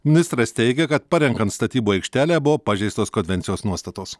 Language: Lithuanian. ministras teigia kad parenkant statybų aikštelę buvo pažeistos konvencijos nuostatos